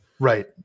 Right